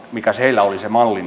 mikä heillä oli se malli